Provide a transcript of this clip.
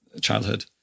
childhood